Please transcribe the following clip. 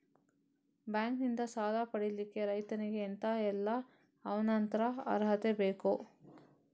Bank ನಿಂದ ಸಾಲ ಪಡಿಲಿಕ್ಕೆ ರೈತನಿಗೆ ಎಂತ ಎಲ್ಲಾ ಅವನತ್ರ ಅರ್ಹತೆ ಬೇಕು?